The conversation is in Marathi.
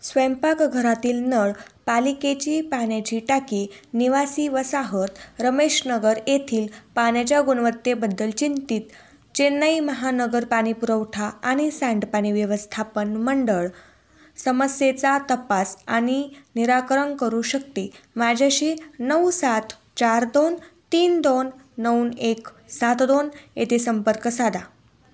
स्वयंपाकघरातील नळ पालिकेची पाण्याची टाकी निवासी वसाहत रमेशनगर येथील पाण्याच्या गुणवत्तेबद्दल चिंतीत चेन्नई महानगर पाणीपुरवठा आणि सांडपाणी व्यवस्थापन मंडळ समस्येचा तपास आणि निराकरण करू शकते माझ्याशी नऊ सात चार दोन तीन दोन नऊ एक सात दोन येथे संपर्क सादा